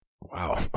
Wow